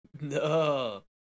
No